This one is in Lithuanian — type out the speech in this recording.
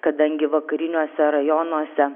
kadangi vakariniuose rajonuose